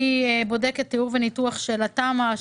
אני בודקת תיאום וניתוח של התמ"א,